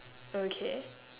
okay